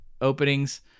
openings